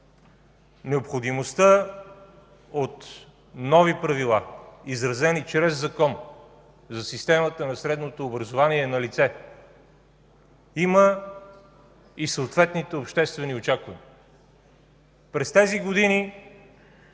Необходимостта от нови правила, изразени чрез закон за системата на средното образование, е налице. Има и съответните обществени очаквания. През тези години